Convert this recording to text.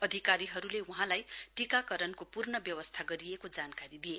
अधिकारीहरूले वहाँलाई टीकाकरणको पूर्ण व्यवस्था गरिएको जानकारी दिए